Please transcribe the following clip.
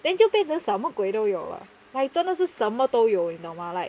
then 就变成什么鬼都有了 like 真的是什么都有你懂吗 like